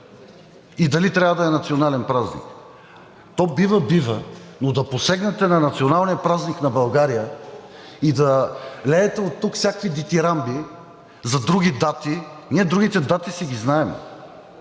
и дали трябва да е национален празник. То бива, бива, но да посегнете на националния празник на България и да леете оттук всякакви дитирамби за други дати! Ние другите дати си ги знаем.